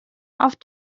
auf